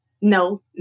No